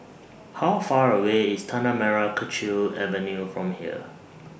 How Far away IS Tanah Merah Kechil Avenue from here